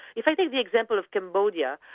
if i take the example of cambodia,